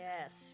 Yes